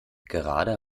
gerade